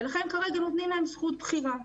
ולכן כרגע נותנים להם זכות בחירה,